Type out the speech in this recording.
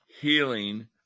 healing